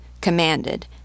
commanded